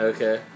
Okay